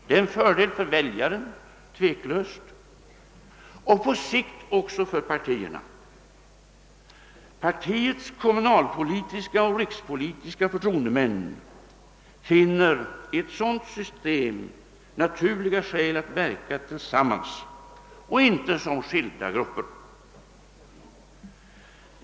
Det är en fördel för väljaren — tveklöst! — och på sikt är det en fördel även för partierna. Partiernas kommunalpolitiska och rikspolitiska förtroendemän finner i ett sådant system naturliga skäl att verka tillsammans och inte som skilda grupper.